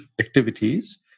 activities